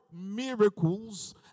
miracles